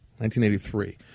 1983